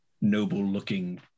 noble-looking